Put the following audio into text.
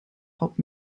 hop